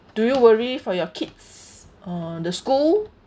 do you worry for your kids or the school